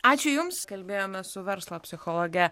ačiū jums kalbėjome su verslo psichologe